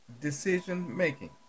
decision-making